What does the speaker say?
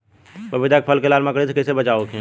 पपीता के फल के लाल मकड़ी से कइसे बचाव होखि?